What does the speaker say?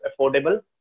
affordable